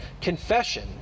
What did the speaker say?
confession